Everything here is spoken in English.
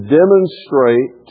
demonstrate